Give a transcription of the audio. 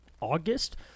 August